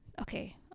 Okay